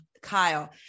Kyle